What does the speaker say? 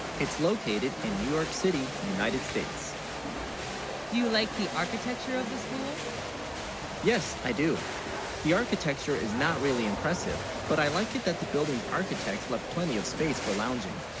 it's located in new. york city united states do you, like the architecture of the school yes i do the architecture is not really impressive but, i like it that the building's architects left plenty of space for lounging